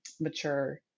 mature